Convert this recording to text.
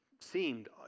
seemed